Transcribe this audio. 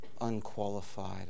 unqualified